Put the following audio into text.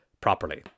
properly